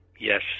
Yes